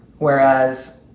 whereas,